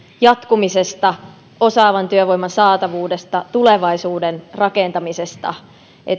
jatkumisesta osaavan työvoiman saatavuudesta tulevaisuuden rakentamisesta